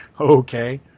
okay